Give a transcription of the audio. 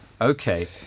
Okay